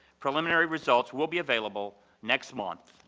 preliminary results will be available next month,